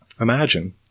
Imagine